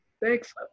thanks